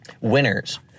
Winners